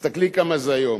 תסתכלי כמה זה היום.